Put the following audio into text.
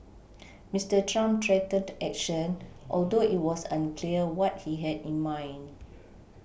Mister Trump threatened action although it was unclear what he had in mind